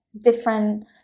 different